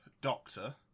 doctor